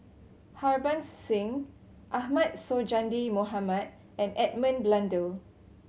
Harbans Singh Ahmad Sonhadji Mohamad and Edmund Blundell